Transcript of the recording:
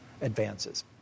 advances